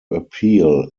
appeal